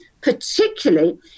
particularly